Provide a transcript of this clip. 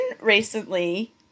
recently